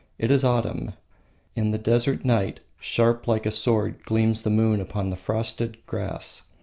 it is autumn in the desert night, sharp like a sword gleams the moon upon the frosted grass.